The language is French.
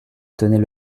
tenait